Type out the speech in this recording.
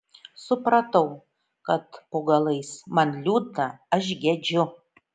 supratau kad po galais man liūdna aš gedžiu